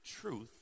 truth